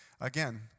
again